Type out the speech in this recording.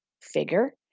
figure